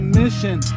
mission